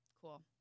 Cool